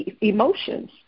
emotions